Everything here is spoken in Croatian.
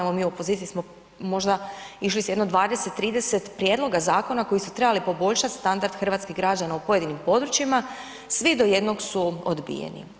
Evo mi u opoziciji smo možda išli sa jedno 20, 30 prijedloga zakona koji su trebali poboljšati standard hrvatskih građana u pojedinim područjima, svi do jednog su odbijeni.